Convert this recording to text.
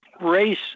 race